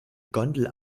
gondel